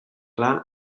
clar